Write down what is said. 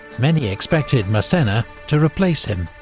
many expected massena to replace him.